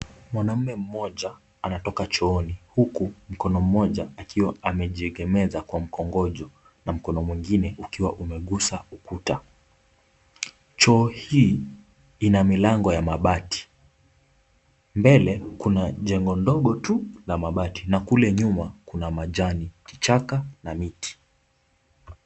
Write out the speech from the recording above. Mwanaume mmoja anatoka chooni huku mkono mmoja akiwa amejiegemeza kwa mkongojo na mkono mwingine ukiwa umegusa ukuta. Choo hii ina milango ya mabati. Mbele kuna jengo ndogo tu la mabati na kule nyuma kuna majani, kichaka na miti.